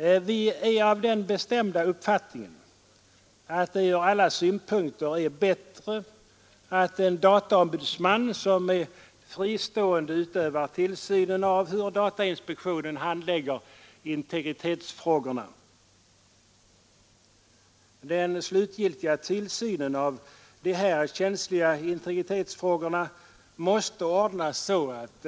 Vi är av den bestämda uppfattningen att det ur alla synpunkter är bättre att en dataombudsman, som är fristående, utövar tillsynen av hur datainspektionen handlägger integritetsfrågorna. Den slutgiltiga tillsynen av dessa känsliga integritetsfrågor måste ordnas så att